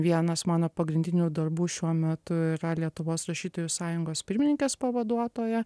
vienas mano pagrindinių darbų šiuo metu yra lietuvos rašytojų sąjungos pirmininkės pavaduotoja